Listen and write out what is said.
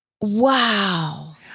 Wow